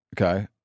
okay